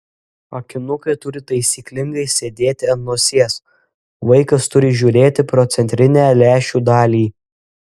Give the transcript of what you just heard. akinukai turi taisyklingai sėdėti ant nosies vaikas turi žiūrėti pro centrinę lęšių dalį